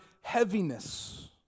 heaviness